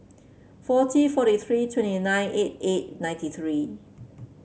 forty fourteen three twenty nine eight eight ninety three